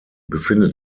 befindet